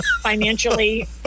financially